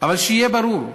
אבל שיהיה ברור: